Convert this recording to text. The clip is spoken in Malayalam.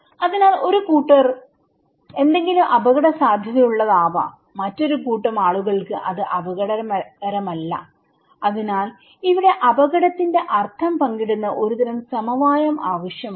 അതിനാൽ ഒരു കൂട്ടർക്ക് എന്തെങ്കിലും അപകടസാധ്യതയുള്ളതാവാംമറ്റൊരു കൂട്ടം ആളുകൾക്ക് അത് അപകടകരമല്ല അതിനാൽ ഇവിടെ അപകടത്തിന്റെ അർത്ഥം പങ്കിടുന്ന ഒരു തരം സമവായം ആവശ്യമാണ്